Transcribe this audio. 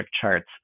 charts